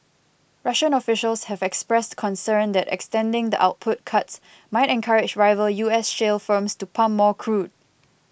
Russian officials had expressed concern that extending the output cuts might encourage rival U S shale firms to pump more crude